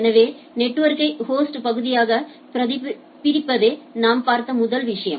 எனவே நெட்வொர்க்கை ஹோஸ்ட் பகுதியாகப் பிரிப்பதே நாம் பார்த்த முதல் விஷயம்